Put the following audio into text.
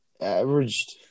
averaged